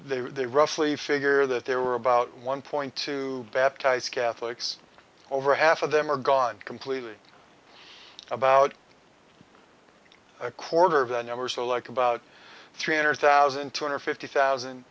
the roughly figure that there were about one point two baptized catholics over half of them are gone completely about a quarter of the number so like about three hundred thousand two hundred fifty thousand